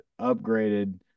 upgraded